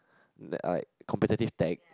like competitive tag